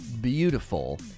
beautiful